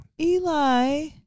Eli